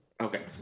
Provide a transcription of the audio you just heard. Okay